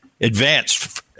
advanced